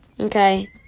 Okay